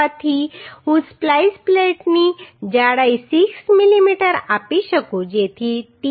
તેથી હું સ્પ્લાઈસ પ્લેટની જાડાઈ 6 મીમી આપી શકું જેથી t બરાબર 6 મીમી હોય